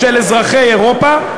של אזרחי אירופה,